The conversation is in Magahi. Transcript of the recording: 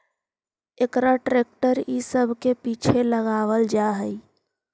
एकरा ट्रेक्टर इ सब के पीछे लगावल जा हई